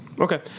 Okay